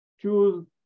choose